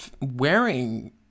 wearing